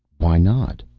why not?